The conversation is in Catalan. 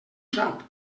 sap